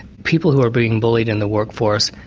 people who are being bullied in the workforce,